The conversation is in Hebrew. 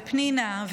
פנינה,